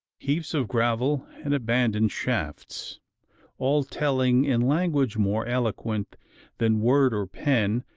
heaps of gravel, and abandoned shafts all telling, in language more eloquent than word or pen,